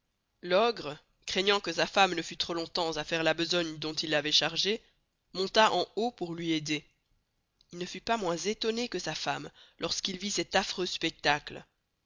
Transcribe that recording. l'ogre craignant que sa femme ne fût trop longtemps à faire la besongne dont il l'avoit chargée monta en haut pour luy aider il ne fut pas moins estonné que sa femme lors qu'il vit cet affreux spectacle